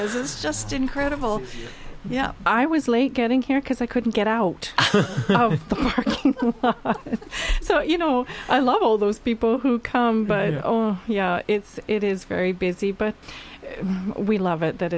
is just incredible yeah i was getting here because i couldn't get out so you know i love all those people who come but it's it is very busy but we love it that